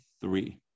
three